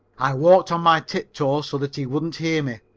i walked on my tip-toes so that he wouldn't hear me.